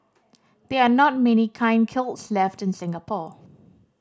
there are not many kilns left in Singapore